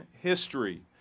history